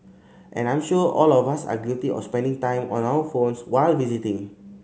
and I'm sure all of us are guilty of spending time on our phones while visiting